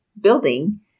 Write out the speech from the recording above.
building